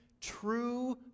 true